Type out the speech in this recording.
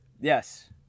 Yes